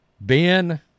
Ben